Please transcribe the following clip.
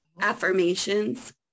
Affirmations